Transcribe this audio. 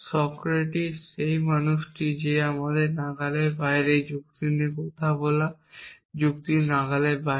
Socrates সেই মানুষটি যে আমাদের নাগালের বাইরে এই যুক্তি নিয়ে কথা বলা যুক্তির নাগালের বাইরে